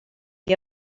que